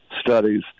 studies